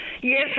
Yes